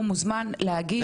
הוא מוזמן להגיש.